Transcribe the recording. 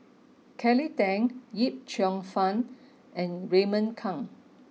Kelly Tang Yip Cheong Fun and Raymond Kang